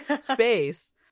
space